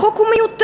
החוק הוא מיותר.